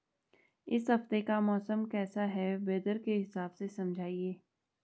इस हफ्ते का मौसम कैसा है वेदर के हिसाब से समझाइए?